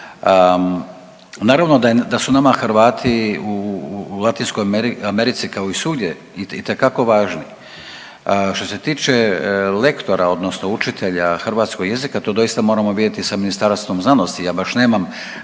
naravno da su nama Hrvati u Latinskoj Americi kao i svugdje itekako važni. Što se tiče lektora odnosno učitelja hrvatskog jezika to doista moramo vidjeti sa Ministarstvom znanosti ja baš nemam